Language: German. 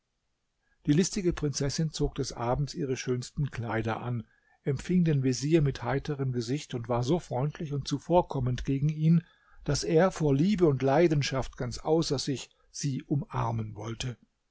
die listige prinzessin zog des abends ihre schönsten kleider an empfing den vezier mit heiterem gesicht und war so freundlich und zuvorkommend gegen ihn daß er vor liebe und leidenschaft ganz außer sich sie umarmen wollte